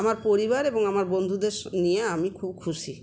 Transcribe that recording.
আমার পরিবার এবং আমার বন্ধুদের নিয়ে আমি খুব খুশি